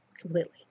Completely